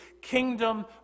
kingdom